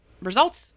results